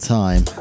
time